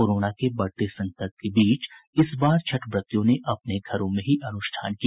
corona के बढ़ते संकट के बीच इस बार छठ व्रतियों ने अपने घरों में ही अनुष्ठान किया